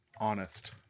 Honest